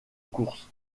course